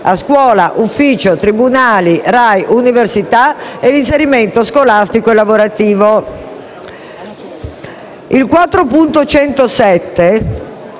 a scuola, ufficio, tribunale, RAI, università e per l'inserimento scolastico e lavorativo.